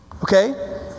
Okay